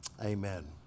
amen